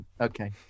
okay